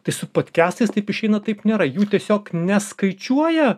tai su podkestais taip išeina taip nėra jų tiesiog neskaičiuoja